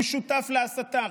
הוא שותף להסתה.